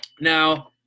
Now